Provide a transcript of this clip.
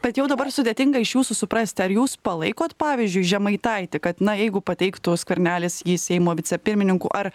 bet jau dabar sudėtinga iš jūsų suprasti ar jūs palaikot pavyzdžiui žemaitaitį kad na jeigu pateiktų skvernelis jį seimo vicepirmininku ar